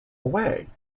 away